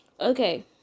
okay